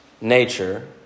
nature